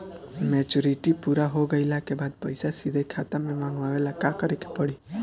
Maturity पूरा हो गइला के बाद पईसा सीधे खाता में मँगवाए ला का करे के पड़ी?